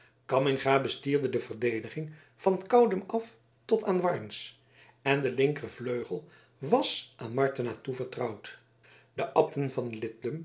cammingha bestierde de verdediging van coudum af tot aan warns en de linkervleugel was aan martena toevertrouwd de abten van